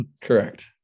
Correct